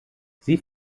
sie